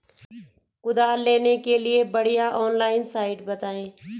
कुदाल लेने के लिए बढ़िया ऑनलाइन साइट बतायें?